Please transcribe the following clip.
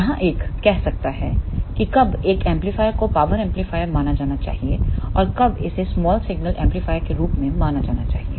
यहाँ एक कह सकता है कि कब एक एम्पलीफायर को पावर एम्पलीफायर माना जाना चाहिए और कब इसे स्मॉल सिग्नल एम्पलीफायर के रूप में माना जाना चाहिए